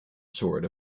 sword